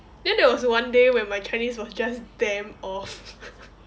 then there was one day when my chinese was just damn off